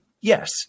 Yes